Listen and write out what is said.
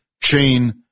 chain